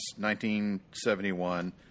1971